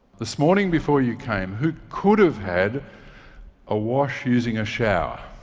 this morning before you came, who could have had a wash using a shower?